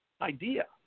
Idea